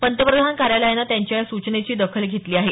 पंतप्रधान कार्यालयाने त्यांच्या या सूचनेची दखल घेतली आहे